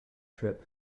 trip